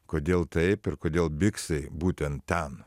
kodėl taip ir kodėl biksai būtent ten